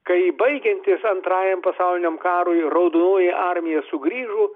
kai baigiantis antrajam pasauliniam karui raudonoji armija sugrįžo